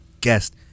guest